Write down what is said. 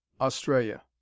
australia